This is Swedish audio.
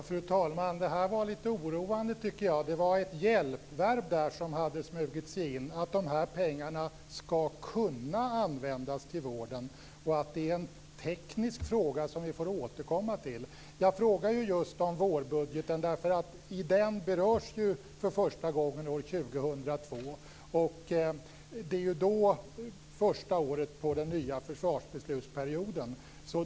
Fru talman! Detta var litet oroande, tycker jag. Det var ett hjälpverb som hade smugit sig in, att de här pengarna skall kunna användas till vården och att det är en teknisk fråga som vi får återkomma till. Jag frågade ju just om vårbudgeten, därför att i den berörs ju för första gången år 2002 som är första året på den nya försvarsbeslutsperioden.